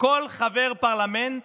כל חבר פרלמנט